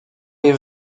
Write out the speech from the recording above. les